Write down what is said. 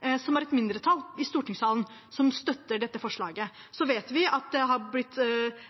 som utgjør et mindretall i stortingssalen – som støtter dette forslaget. Så vet vi at det har blitt